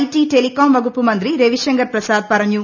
T telecom വകുപ്പ് മന്ത്രി രവി ശങ്കർ പ്രസാദ് പറഞ്ഞു